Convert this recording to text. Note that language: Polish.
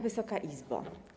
Wysoka Izbo!